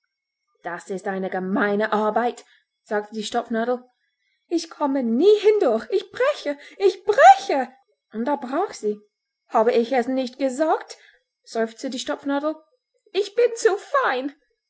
das ist eine gemeine arbeit sagte die stopfnadel ich komme nie hindurch ich breche ich breche und da brach sie habe ich es nicht gesagt seufzte die stopfnadel ich bin zu fein